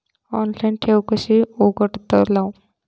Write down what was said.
Online ठेव कशी उघडतलाव?